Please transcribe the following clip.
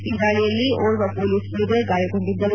ಈ ದಾಳಿಯಲ್ಲಿ ಓರ್ವ ಪೊಲೀಸ್ ಪೇದೆ ಗಾಯಗೊಂಡಿದ್ದರು